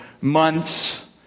months